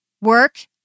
work